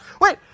Wait